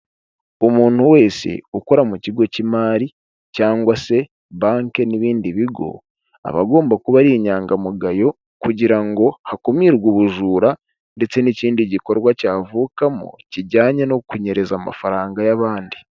Umuntu wese ukora mu kigo cy'imari cyangwa se banki n'ibindi bigo, aba agomba kuba ari inyangamugayo; kugira ngo hakumirwe ubujura ndetse n'ikindi gikorwa cyavukamo kijyanye no kunyereza amafaranga y'abandi.